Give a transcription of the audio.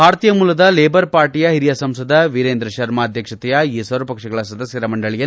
ಭಾರತೀಯ ಮೂಲದ ಲೇಬರ್ ಪಾರ್ಟಯ ಹಿರಿಯ ಸಂಸದ ವಿರೇಂದ್ರ ಶರ್ಮ ಅಧ್ಯಕ್ಷತೆಯ ಈ ಸರ್ವಪಕ್ಷಗಳ ಸದಸ್ವರ ಮಂಡಳಿ